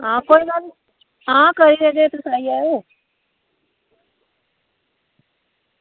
आं कोई गल्ल निं कोई बजह निं तुस आई जायो